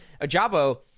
Ajabo